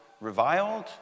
reviled